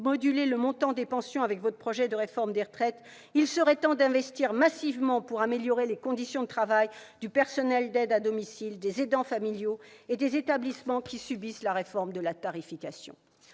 moduler le montant des pensions avec votre projet de réforme des retraites, il serait temps d'investir massivement pour améliorer les conditions de travail du personnel d'aide à domicile, des aidants familiaux et du personnel travaillant dans les établissements qui subissent la réforme de la tarification.